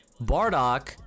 Bardock